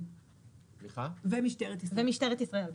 ומשטרת ישראל.